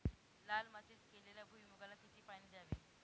लाल मातीत केलेल्या भुईमूगाला किती पाणी द्यावे?